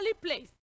place